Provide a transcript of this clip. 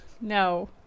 No